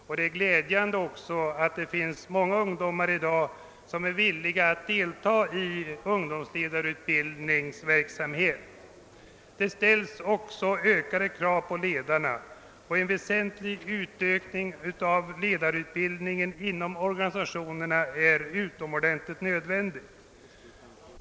Det är också glädjande att det i dag finns många ungdomar, som är villiga att delta i ungdomsledarutbildningsverksamhet. Det ställs också ökade krav på ledarna, och en väsentlig utökning av ledarutbildningen inom organisationerna är utomordentligt nödvändig.